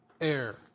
air